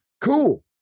cool